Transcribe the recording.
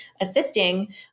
Assisting